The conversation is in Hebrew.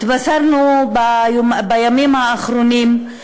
התבשרנו בימים האחרונים,